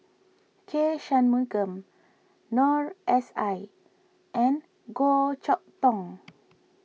K Shanmugam Noor S I and Goh Chok Tong